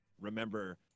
remember